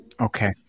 Okay